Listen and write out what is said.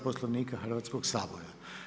Poslovnika Hrvatskoga sabora.